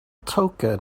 token